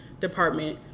department